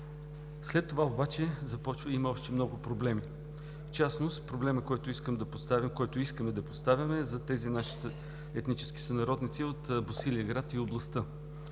След това обаче има още много проблеми. Проблемът, който искаме да поставим, е за тези наши етнически сънародници от Босилеград и областта.